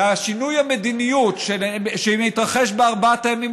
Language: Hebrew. ושינוי המדיניות שמתרחש בארבעת הימים